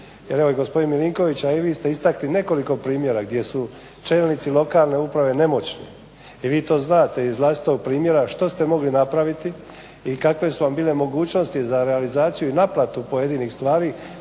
jer evo gospodin Milinković a i vi ste istakli nekoliko primjera gdje su čelnici lokalne uprave nemoćni i vi to znate iz vlastitog primjera što ste mogli napraviti i kakve su vam bile mogućnosti za realizaciju i naplatu pojedinih stari.